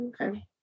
okay